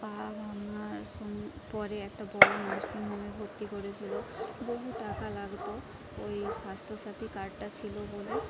পা ভাঙ্গার সঙ্গে পরে একটা বড়ো নার্সিং হোমে ভর্তি করেছিল বহু টাকা লাগতো ওই স্বাস্থ্যসাথী কার্ডটা ছিল বলে